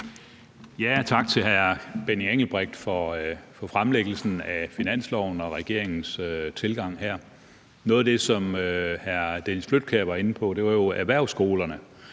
Tak til hr. Benny Engelbrecht for fremlæggelsen af finansloven og regeringens tilgang. Noget af det, som hr. Dennis Flydtkjær var inde på, var jo erhvervsskolerne,